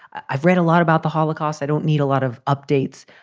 i've read a lot about the holocaust. i don't need a lot of updates.